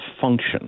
function